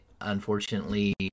Unfortunately